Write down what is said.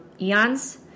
eons